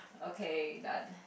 ok that